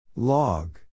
Log